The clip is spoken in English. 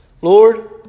Lord